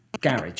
Garage